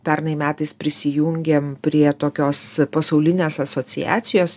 pernai metais prisijungėm prie tokios pasaulinės asociacijos